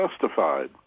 justified